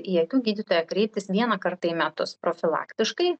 į akių gydytoją kreiptis vieną kartą į metus profilaktiškai